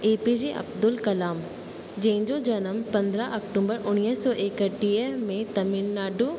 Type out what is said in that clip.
APJ Abdul Kalam जेंजो जनम पंद्रां अक्टोंबर उणीवीह सौ एकटीह में तमिल नाडू